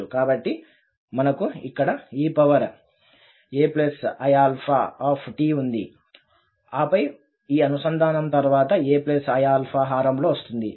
కాబట్టి మనకు ఇక్కడ eaiαt ఉంది ఆపై ఈ అనుసంధానం తరువాత aiα హారం లో వస్తుంది